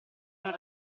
non